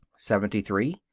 seventy three.